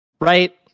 Right